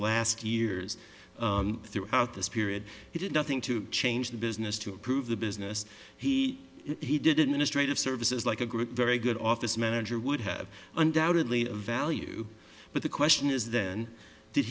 last years throughout this period he did nothing to change the business to improve the business he he did it in a straight of services like a group very good office manager would have undoubtedly value but the question is then did